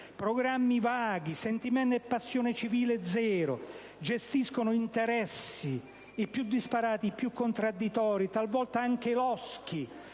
programmi vaghi, sentimenti e passione civile zero. Gestiscono interessi, i più disparati, i più contraddittori, talvolta anche loschi,